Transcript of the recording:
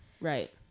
right